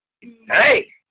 hey